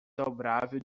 dobrável